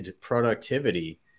productivity